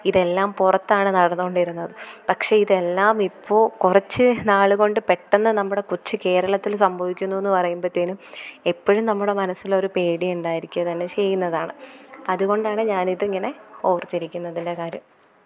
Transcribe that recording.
ഇതെല്ലാം പുറത്താണ് നടന്നുകൊണ്ടിരുന്നത് പക്ഷെ ഇതെല്ലാം ഇപ്പോൾ കുറച്ച് നാൾ കൊണ്ട് പെട്ടെന്ന് നമ്മുടെ കൊച്ച് കേരളത്തിൽ സംഭവിക്കുന്നു എന്ന് പറയുമ്പത്തേനും എപ്പോഴും നമ്മുടെ മനസ്സിലൊരു പേടിയുണ്ടായിരിക്കുക തന്നെ ചെയ്യുന്നതാണ് അതുകൊണ്ടാണ് ഞാൻ ഇത് ഇങ്ങനെ ഓര്ത്തിരിക്കുന്നതിന്റെ കാര്യം